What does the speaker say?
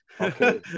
Okay